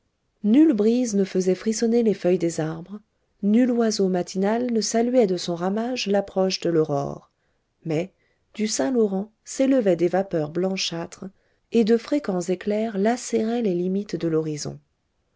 nulle brise ne faisait frissonner les feuilles des arbres nul oiseau matinal ne saluait de son ramage l'approche de l'aurore mais du saint-laurent s'élevaient des vapeurs blanchâtres et de fréquents éclairs lacéraient les limites de l'horizon